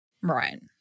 Right